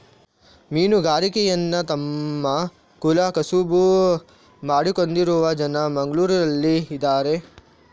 ಮೀನುಗಾರಿಕೆಯನ್ನ ತಮ್ಮ ಕುಲ ಕಸುಬು ಮಾಡಿಕೊಂಡಿರುವ ಜನ ಮಂಗ್ಳುರಲ್ಲಿ ಇದಾರೆ